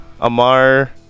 Amar